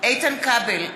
איתן כבל,